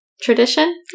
Tradition